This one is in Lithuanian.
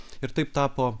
ir taip tapo